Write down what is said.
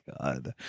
God